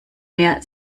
mehr